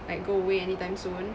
like go away any time soon